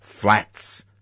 flats